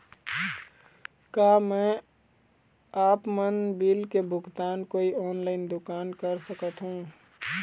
का मैं आपमन बिल के भुगतान कोई ऑनलाइन दुकान कर सकथों?